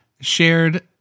shared